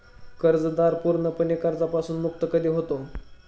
कर्जदार पूर्णपणे कर्जापासून मुक्त कधी होतो?